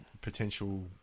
potential